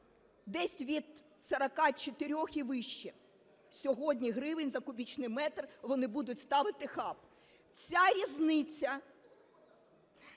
Десь від 44 і вище сьогодні гривень за кубічний метр вони будуть ставити хаб. Ця різниця,